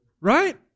Right